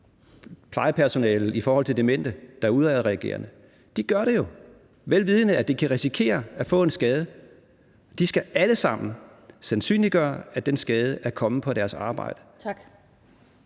plejepersonalet i forhold til demente, der er udadreagerende. De gør det jo, vel vidende at de kan risikere at få en skade. De skal alle sammen sandsynliggøre, at den skade er kommet på deres arbejde. Kl.